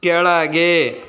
ಕೆಳಗೆ